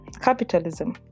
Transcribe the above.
capitalism